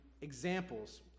examples